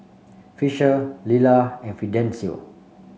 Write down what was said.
fisher Lila and Fidencio